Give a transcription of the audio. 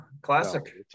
classic